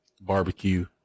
barbecue